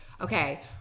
okay